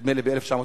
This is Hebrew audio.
נדמה לי ב-1949,